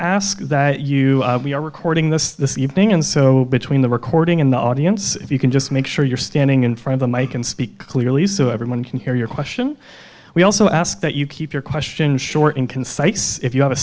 ask that you we are recording this evening and so between the recording and the audience if you can just make sure you're standing in front of my can speak clearly so everyone can hear your question we also ask that you keep your question short and concise if you have a